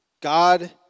God